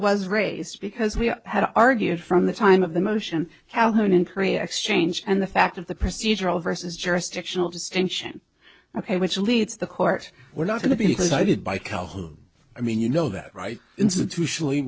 was raised because we had argued from the time of the motion calhoun in korea exchange and the fact of the procedural versus jurisdictional distinction ok which leads the court we're not going to be decided by calhoun i mean you know that right institutionally